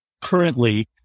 currently